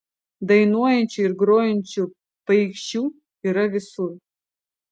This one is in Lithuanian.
dainuojančių ir grojančių paikšių yra visur